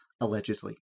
allegedly